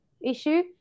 issue